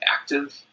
active